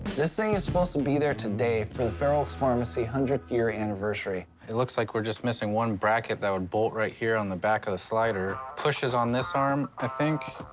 this thing is supposed to be there today for the fair oaks pharmacy one hundredth year anniversary. it looks like we're just missing one bracket that would bolt right here on the back of the slider. pushes on this arm, i think,